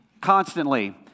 constantly